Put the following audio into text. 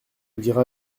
dira